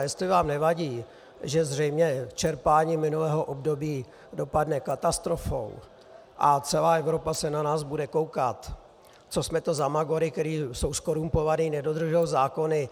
Jestli vám nevadí, že zřejmě čerpání z minulého období dopadne katastrofou a celá Evropa se na nás budou koukat, co jsme to za magory, kteří jsou zkorumpovaní, nedodržují zákony...